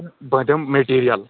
بہٕ دِم میٹیٖرِیَل